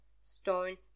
stone